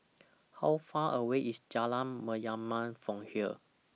How Far away IS Jalan Mayaanam from here